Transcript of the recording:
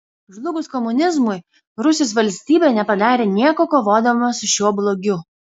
žlugus komunizmui rusijos valstybė nepadarė nieko kovodama su šiuo blogiu